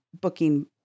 booking